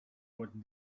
what